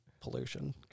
pollution